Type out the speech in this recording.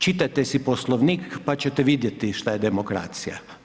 Čitajte si Poslovnik pa ćete vidjeti što je demokracija.